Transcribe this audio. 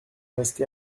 rester